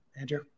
Andrew